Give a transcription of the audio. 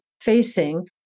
facing